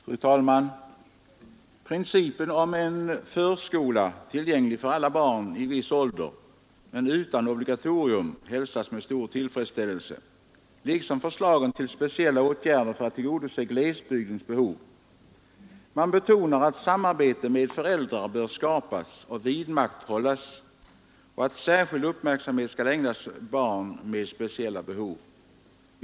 Fru talman! ”Principen om förskola, tillgänglig för alla barn i viss ålder men utan obligatorium, hälsas med stor tillfredsställelse, liksom förslagen till speciella åtgärder för att tillgodose glesbygdens behov. Man betonar att samarbete med föräldrar bör skapas och vidmakthållas och att särskild uppmärksamhet skall ägnas barn med speciella behov.